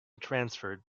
transferred